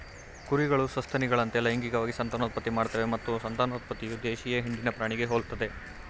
ಕುರಿಗಳು ಸಸ್ತನಿಗಳಂತೆ ಲೈಂಗಿಕವಾಗಿ ಸಂತಾನೋತ್ಪತ್ತಿ ಮಾಡ್ತವೆ ಮತ್ತು ಸಂತಾನೋತ್ಪತ್ತಿಯು ದೇಶೀಯ ಹಿಂಡಿನ ಪ್ರಾಣಿಗೆ ಹೋಲ್ತದೆ